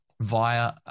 via